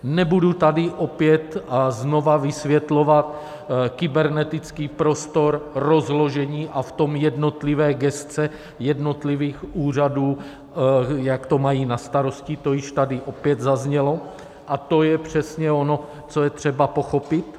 Nebudu tady opět a znova vysvětlovat kybernetický prostor, rozložení a v tom jednotlivé gesce jednotlivých úřadů, jak to mají na starosti, to již tady opět zaznělo, a to je přesně ono, co je třeba pochopit.